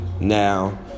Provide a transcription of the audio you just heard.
Now